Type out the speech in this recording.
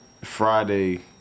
Friday